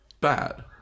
bad